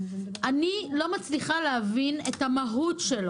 אני לא מצליחה להבין את המהות שלו.